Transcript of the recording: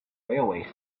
railway